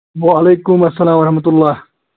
وعلیکم السلام ورحمة الله